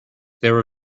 there